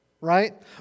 right